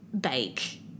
bake